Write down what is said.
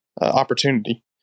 opportunity